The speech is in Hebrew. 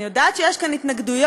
אני יודעת שיש כאן התנגדויות,